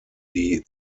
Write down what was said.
die